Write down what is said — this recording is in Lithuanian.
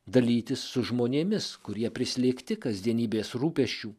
dalytis su žmonėmis kurie prislėgti kasdienybės rūpesčių